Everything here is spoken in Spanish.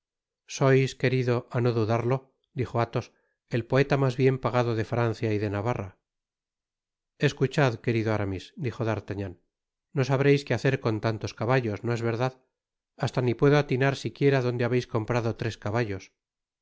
sois querido á no dudarlo dijo athos el poeta mas bien pagado de francia y de navarra escuchad querido aramis dijo d'artagnan no sabreis que hacer con tantos caballos no es verdad hasta ni puedo atinar siquiera porque habeis conprado tres caballos